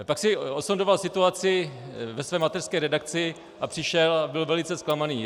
Pak si osondoval situaci ve své mateřské redakci a přišel a byl velice zklamaný.